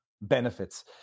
benefits